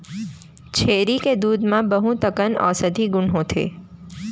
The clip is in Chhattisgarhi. छेरी के दूद म बहुत अकन औसधी गुन होथे